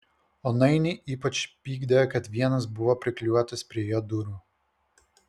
o nainį ypač pykdė kad vienas buvo priklijuotas prie jo durų